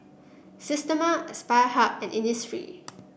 Systema Aspire Hub and Innisfree